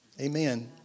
Amen